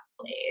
place